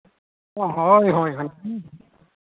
ᱦᱳᱭ ᱦᱳᱭ ᱦᱮᱸ